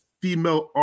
Female